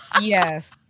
Yes